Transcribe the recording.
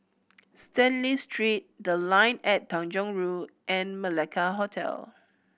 Stanley Street The Line and Tanjong Rhu and Malacca Hotel